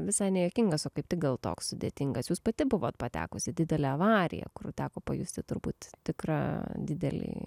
visai nejuokingas o kaip tik gal toks sudėtingas jūs pati buvot patekus į didelę avariją kur teko pajusti turbūt tikra didelį